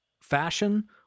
fashion